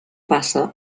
passa